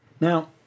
Now